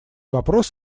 вопрос